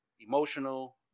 emotional